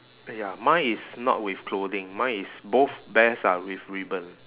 ya mine is not with clothing mine is both bears are with ribbon